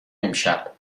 امشب